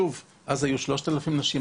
אז היו 3000 נשים,